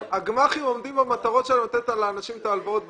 הגמ"חים עומדים במטרות שלהם לתת לאנשים את ההלוואות בזמן.